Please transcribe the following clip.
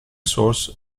source